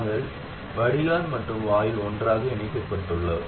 நாங்கள் வடிகால் மற்றும் வாயில் ஒன்றாக இணைக்கப்பட்டுள்ளோம்